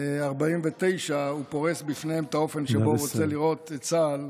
1949 הוא פרס בפניהם את האופן שבו הוא רוצה לראות את צה"ל,